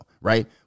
right